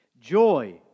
Joy